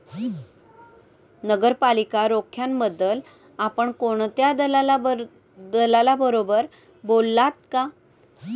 नगरपालिका रोख्यांबद्दल आपण कोणत्या दलालाबरोबर बोललात का?